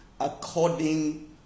according